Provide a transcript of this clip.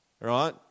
right